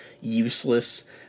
useless